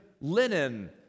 linen